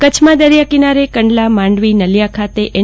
કચ્છના દરિયાકિનારે કંડલામાંડવીનલિયા ખાતે એન